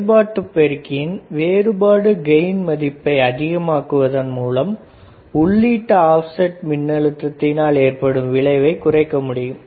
செயல்பாட்டு பெருக்கியின் வேறுபாடு கெயின் மதிப்பை அதிகமாக்குவதன் மூலம் உள்ளீட்டு ஆப்செட் மின் அழுத்தத்தினால் ஏற்படும் விளைவை குறைக்க முடியும்